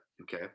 okay